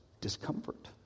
discomfort